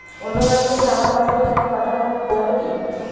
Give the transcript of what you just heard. অন্য ব্যাঙ্ক থেকে আমার পাশবইয়ে টাকা পাঠানো যাবে কি?